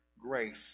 grace